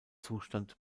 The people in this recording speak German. zustand